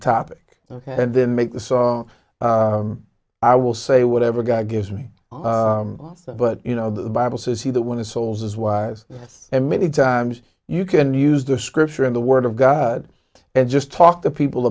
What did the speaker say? topic and then make the song i will say whatever god gives me but you know the bible says he that want to souls is wise and many times you can use the scripture in the word of god and just talk to people